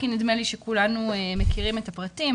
כי נדמה לי שכולנו מכירים את הפרטים,